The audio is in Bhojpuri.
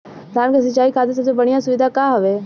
धान क सिंचाई खातिर सबसे बढ़ियां सुविधा का हवे?